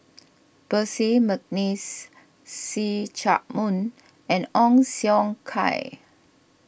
Percy McNeice See Chak Mun and Ong Siong Kai